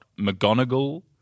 McGonagall